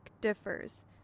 differs